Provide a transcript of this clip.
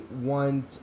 want